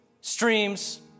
streams